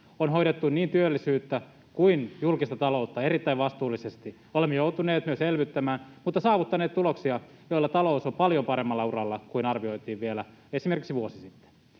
on hoidettu niin työllisyyttä kuin julkista taloutta erittäin vastuullisesti. Olemme joutuneet myös elvyttämään mutta saavuttaneet tuloksia, joilla talous on paljon paremmalla uralla kuin arvioitiin esimerkiksi vielä vuosi sitten.